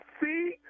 see